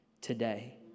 today